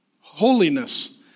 holiness